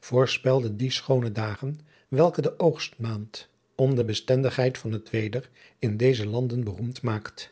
voorspelde die schoone dagen welke de oogstmaand om de bestendigheid van het weder in deze landen beroemd maakt